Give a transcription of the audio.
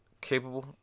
capable